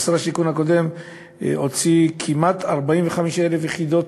כששר השיכון הקודם הוציא כמעט 45,000 יחידות